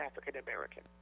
African-American